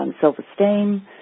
self-esteem